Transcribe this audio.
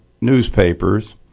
newspapers